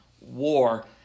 war